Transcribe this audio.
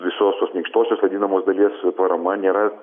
visos tos minkštosios vadinamos dalies parama nėra